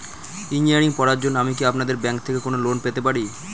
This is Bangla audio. ইঞ্জিনিয়ারিং পড়ার জন্য আমি কি আপনাদের ব্যাঙ্ক থেকে কোন লোন পেতে পারি?